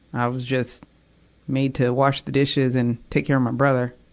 i was just made to wash the dishes and take care of my brother.